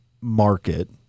market